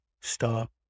stop